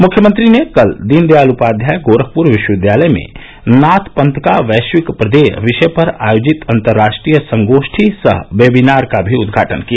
मुख्यमंत्री ने कल दीनदयाल उपाध्याय गोरखपुर विश्वविद्यालय में नाथ पंथ का वैश्विक प्रदेय विषय पर आयोजित अन्तर्राष्ट्रीय संगोष्ठी सह वेबिनार का भी उद्घाटन किया